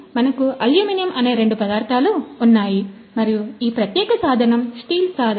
కాబట్టి మనకు అల్యూమినియం అనే రెండు పదార్థాలు ఉన్నాయి మరియు ఈ ప్రత్యేక సాధనం స్టీల్ సాధనం